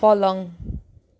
पलङ